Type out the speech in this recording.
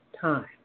time